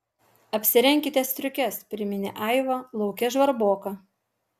apsirenkite striukes priminė aiva lauke žvarboka